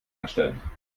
anstellen